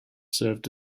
served